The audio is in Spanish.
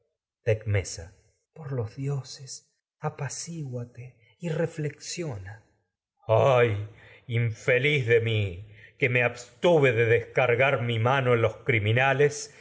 por los dioses apacigúate y reflexiona de mi que me y ayax ay infeliz en abstuve de des cargar mi mano los criminales